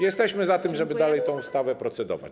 Jesteśmy za tym, żeby dalej nad tą ustawą procedować.